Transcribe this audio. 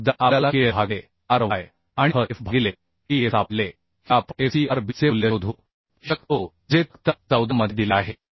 तर एकदा आपल्याला kl भागिले ry आणि hf भागिले tf सापडले की आपण f c r b चे मूल्य शोधू शकतो जे तक्ता 14 मध्ये दिले आहे